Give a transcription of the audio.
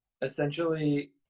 essentially